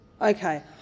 Okay